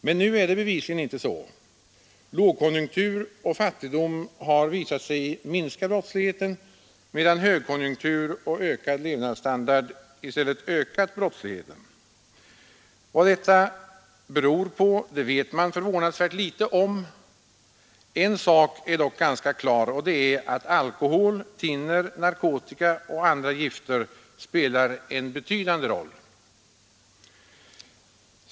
Men nu är det bevisligen inte så. Lågkonjunktur och fattigdom har visat sig minska brottsligheten, medan högkonjunktur och ökad levnadsstandard i stället har ökat brottsligheten. Vad detta beror på vet man förvånansvärt litet om. En sak är dock ganska klar, och det är att alkohol, thinner, narkotika och andra gifter spelar en betydande roll.